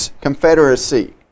Confederacy